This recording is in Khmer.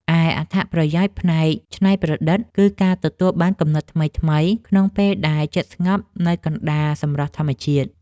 ឯអត្ថប្រយោជន៍ផ្នែកច្នៃប្រឌិត គឺការទទួលបានគំនិតថ្មីៗក្នុងពេលដែលចិត្តស្ងប់នៅកណ្ដាលសម្រស់ធម្មជាតិ។